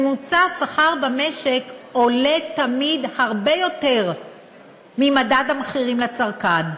ממוצע השכר במשק עולה תמיד הרבה יותר ממדד המחירים לצרכן.